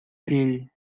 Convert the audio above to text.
fill